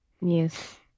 Yes